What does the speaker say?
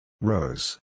Rose